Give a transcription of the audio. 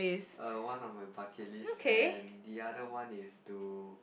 err one of my bucket list and the other one is to